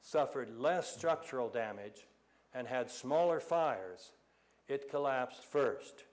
suffered less structural damage and had smaller fires it collapsed first